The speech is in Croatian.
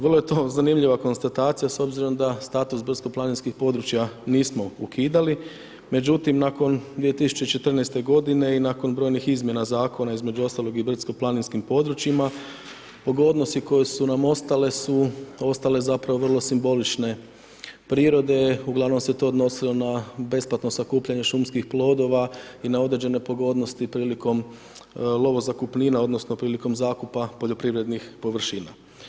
Vrlo je to zanimljiva konstatacija s obzirom da status brdsko planinskih područja nismo ukidali međutim nakon 2014. godine i nakon brojnih izmjena zakona između ostalog i brdsko planinskim područja pogodnosti koje su nam ostale su ostale zapravo vrlo simbolične prirode, uglavnom se to odnosilo na besplatno sakupljanje šumskih plodova i na određene pogodnosti prilikom lovozakupnina odnosno prilikom zakupa poljoprivrednih površina.